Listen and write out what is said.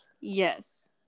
Yes